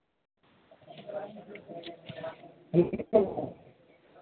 नमस्कार